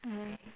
mm